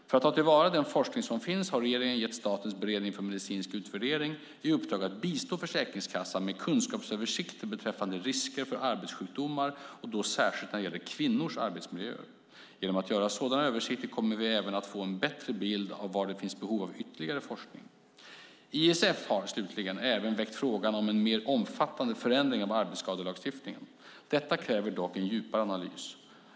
För att ta till vara den forskning som finns har regeringen gett Statens beredning för medicinsk utvärdering i uppdrag att bistå Försäkringskassan med kunskapsöversikter beträffande risker för arbetssjukdomar, särskilt när det gäller kvinnors arbetsmiljöer. Genom att göra sådana översikter kommer vi även att få en bättre bild av var det finns behov av ytterligare forskning. ISF har även väckt frågan om en mer omfattande förändring av arbetsskadelagstiftningen. Detta kräver dock en djupare analys.